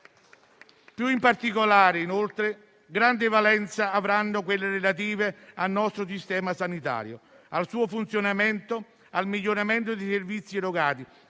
Più in particolare grande valenza avranno le misure relative al nostro sistema sanitario, al suo funzionamento, al miglioramento dei servizi erogati